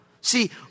See